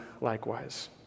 likewise